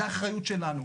זהו אחריות שלנו.